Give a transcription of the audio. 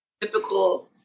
typical